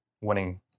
winning